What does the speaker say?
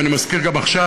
ואני מזכיר גם עכשיו,